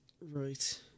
Right